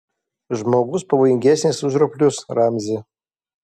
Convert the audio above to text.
žmogus pavojingesnis už roplius ramzi